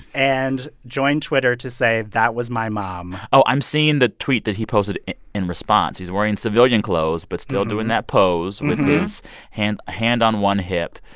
and joined twitter to say that was my mom oh, i'm seeing the tweet that he posted in response. he's wearing civilian clothes but still doing that pose with his hand hand on one hip,